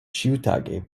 ĉiutage